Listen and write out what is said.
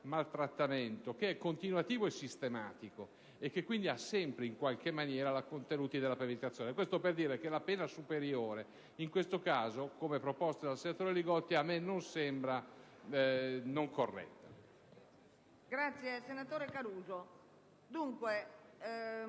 maltrattamento che è continuativo e sistematico e che, quindi, ha sempre il contenuto della premeditazione. Questo per dire che la pena superiore in questo caso, come proposto dal senatore Li Gotti, a me non sembra non corretta.